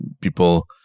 people